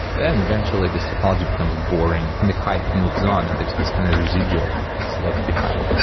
but and eventually this technology becomes boring and the hype moves on and there's this kind of residual that's left behind.